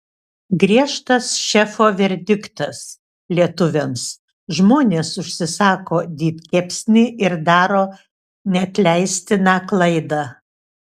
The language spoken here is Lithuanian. griežtas šefo verdiktas lietuviams žmonės užsisako didkepsnį ir daro neatleistiną klaidą